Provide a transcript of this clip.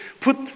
put